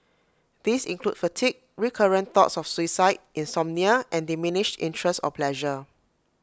these include fatigue recurrent thoughts of suicide insomnia and diminished interest or pleasure